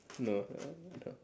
no no no